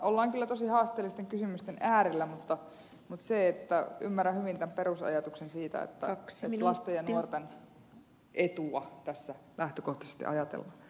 ollaan kyllä tosi haasteellisten kysymysten äärellä mutta ymmärrän hyvin tämän perusajatuksen siitä että lasten ja nuorten etua tässä lähtökohtaisesti ajatellaan